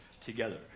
together